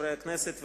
חברי הכנסת,